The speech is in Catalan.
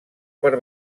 per